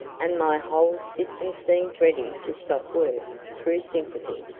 and my whole system seems ready to stop work through sympathy.